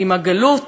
עם הגלות?